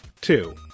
Two